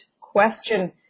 question